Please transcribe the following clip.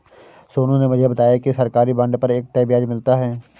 सोनू ने मुझे बताया कि सरकारी बॉन्ड पर एक तय ब्याज मिलता है